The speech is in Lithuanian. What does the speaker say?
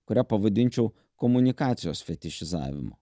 kurią pavadinčiau komunikacijos fetišizavimu